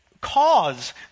cause